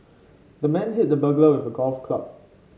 the man hit the burglar with a golf club